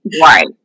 Right